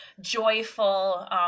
joyful